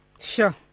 Sure